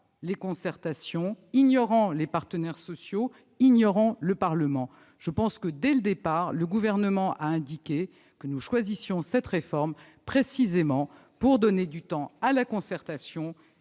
les concertations, les partenaires sociaux et le Parlement. Dès le départ, le Gouvernement a indiqué que nous choisissions cette réforme précisément pour donner du temps à la concertation